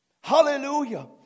Hallelujah